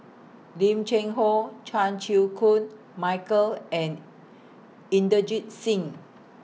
Lim Cheng Hoe Chan Chew Koon Michael and Inderjit Singh